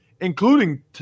including